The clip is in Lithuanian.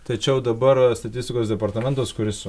tačiau dabar statistikos departamentas kuris